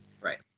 Right